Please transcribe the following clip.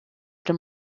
dem